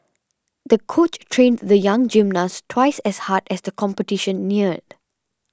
the coach trained the young gymnast twice as hard as the competition neared